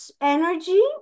energy